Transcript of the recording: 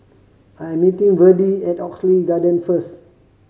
I'm meeting Verdie at Oxley Garden first